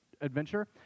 adventure